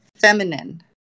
feminine